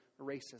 racism